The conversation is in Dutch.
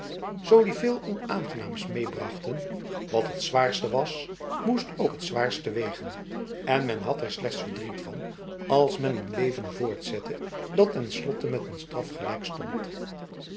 zo die zeer veel onaangenaams meebrachten wat het zwaarste was moest ook t zwaarste wegen en men had er slechts verdriet van als men een leven voortzette dat ten slotte met een straf gelijk stond